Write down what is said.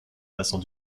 passant